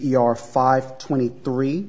e r five twenty three